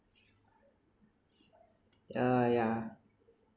yeah yeah